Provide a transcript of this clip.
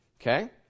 Okay